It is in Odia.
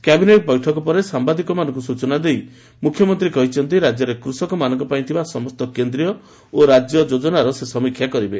କ୍ୟାବିନେଟ୍ ବୈଠକ ପରେ ସାମ୍ବାଦିକ ସ୍ଚଚନା ଦେଇ ମୁଖ୍ୟମନ୍ତ୍ରୀ କହିଛନ୍ତି ରାଜ୍ୟରେ କୃଷକମାନଙ୍କ ପାଇଁ ଥିବା ସମସ୍ତ କେନ୍ଦ୍ରୀୟ ଓ ରାଜ୍ୟ ଯୋଜନାର ସେ ସମୀକ୍ଷା କରିବେ